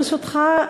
ברשותך,